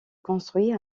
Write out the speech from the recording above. construit